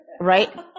Right